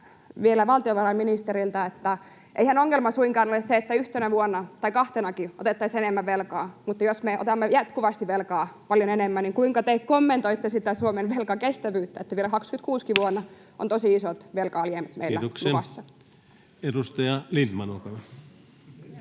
vielä valtiovarainministeriltä: Eihän ongelma suinkaan ole se, että yhtenä vuonna tai kahtenakin otettaisiin enemmän velkaa, vaan se, jos me otamme jatkuvasti velkaa paljon enemmän. Kuinka te kommentoitte Suomen velkakestävyyttä, jos vielä vuonna 26:kin ovat tosi isot velka-alijäämät meillä luvassa? Kiitoksia. — Edustaja Lindtman, olkaa